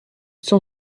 son